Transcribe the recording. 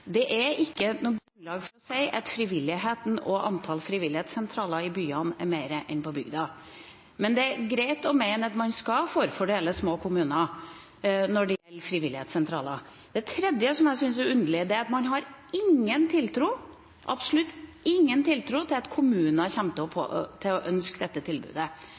Det er ikke grunnlag for å si at frivilligheten og antallet frivilligsentraler i byene er større enn på bygda. Det er greit å mene at man skal forfordele små kommuner når det gjelder frivilligsentraler. Det tredje jeg syns er underlig, er at man har absolutt ingen tiltro til at kommunene kommer til å ønske å ha dette tilbudet.